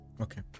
Okay